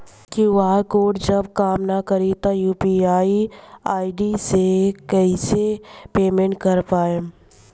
QR code जब काम ना करी त यू.पी.आई आई.डी से कइसे पेमेंट कर पाएम?